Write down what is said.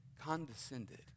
condescended